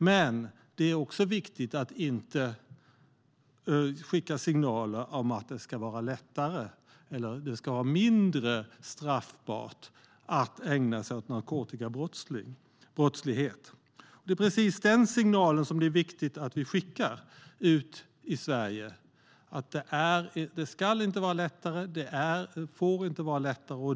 Men det är också viktigt att skicka signaler om att det inte ska vara lättare och mindre straffbart att ägna sig åt narkotikabrottslighet. Det ska inte vara lättare och får inte vara lättare.